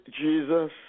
Jesus